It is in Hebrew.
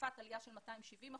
צרפת עלייה של 270 אחוזים,